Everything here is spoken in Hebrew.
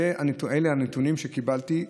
אלו הנתונים שקיבלתי,